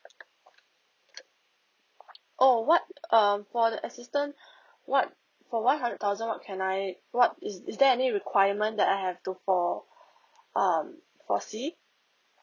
oh what um for the assistant what for one hundred thousand what can I what is is there any requirement that I have to for um foresee